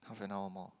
half an hour more